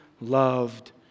loved